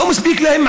לא מספיק לה,